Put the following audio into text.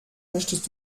möchtest